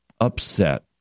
upset